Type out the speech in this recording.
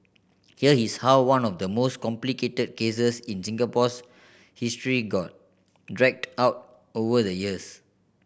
here is how one of the most complicated cases in Singapore's history got dragged out over the years